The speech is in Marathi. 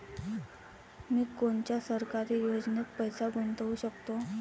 मी कोनच्या सरकारी योजनेत पैसा गुतवू शकतो?